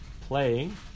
playing